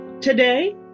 Today